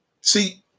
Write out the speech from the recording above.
See